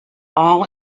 all